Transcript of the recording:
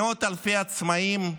מאות אלפי עצמאים,